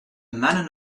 man